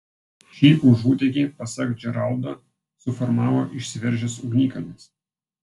šį užutėkį pasak džeraldo suformavo išsiveržęs ugnikalnis